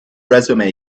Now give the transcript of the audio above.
resume